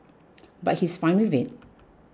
but he's fine with it